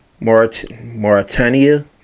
Mauritania